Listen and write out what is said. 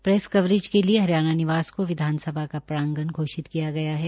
press की coverage के लिए हरियाणा निवास को विधानसभा का प्रागण घोषित किया गया है